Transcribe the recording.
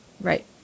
Right